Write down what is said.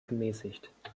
gemäßigt